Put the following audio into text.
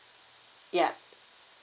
yup